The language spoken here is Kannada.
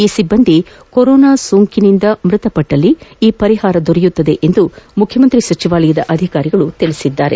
ಈ ಸಿಬ್ಲಂದಿ ಕೊರೊನಾ ಸೋಂಕಿಗೆ ಒಳಗಾಗಿ ಮೃತಪಟ್ಟಲ್ಲಿ ಈ ಪರಿಹಾರ ದೊರೆಯಲದೆ ಎಂದು ಮುಖ್ಯಮಂತ್ರಿ ಸಚಿವಾಲಯದ ಅಧಿಕಾರಿಗಳು ತಿಳಿಸಿದ್ದಾರೆ